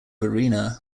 arena